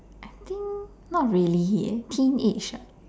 I think not really leh teenage ah